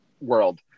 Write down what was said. world